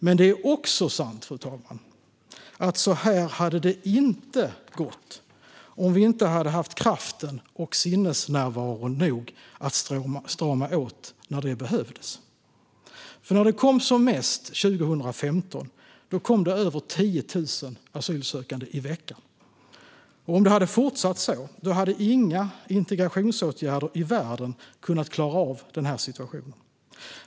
Men det är också sant, fru talman, att så här hade det inte gått om vi inte hade haft kraft och sinnesnärvaro nog att strama åt när det behövdes. När det kom som flest asylsökande 2015 kom det över 10 000 i veckan. Om det hade fortsatt så hade inga integrationsåtgärder i världen kunnat klara av situationen.